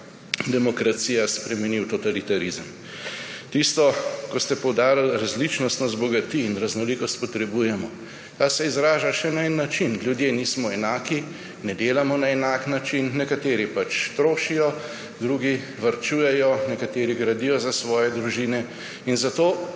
demokracija spremeni v totalitarizem. Tisto, ko ste poudarili, da različnost nas bogati in raznolikost potrebujemo. Ta se izraža še na en način. Ljudje nismo enaki, ne delamo na enak način, nekateri pač trošijo, drugi varčujejo, nekateri gradijo za svoje družine. Zato